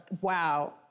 wow